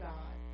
God